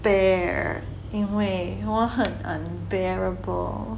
bear 因为我很 unbearable